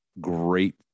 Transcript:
great